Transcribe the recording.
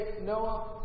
Noah